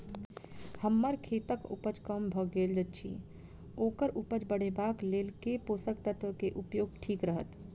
हम्मर खेतक उपज कम भऽ गेल अछि ओकर उपज बढ़ेबाक लेल केँ पोसक तत्व केँ उपयोग ठीक रहत?